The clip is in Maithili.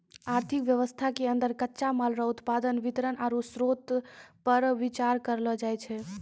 आर्थिक वेवस्था के अन्दर कच्चा माल रो उत्पादन वितरण आरु श्रोतपर बिचार करलो जाय छै